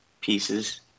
pieces